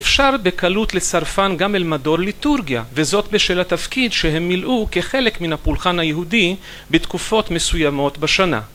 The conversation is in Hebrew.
אפשר בקלות לסרפן גם אל מדור ליטורגיה וזאת בשל התפקיד שהם מילאו כחלק מן הפולחן היהודי בתקופות מסוימות בשנה.